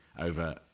Over